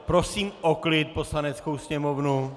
Prosím o klid Poslaneckou sněmovnu.